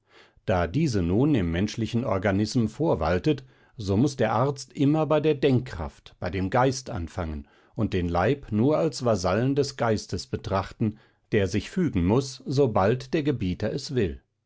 da diese nun im menschlichen organism vorwaltet so muß der arzt immer bei der denkkraft bei dem geist anfangen und den leib nur als vasallen des geistes betrachten der sich fügen muß sobald der gebieter es will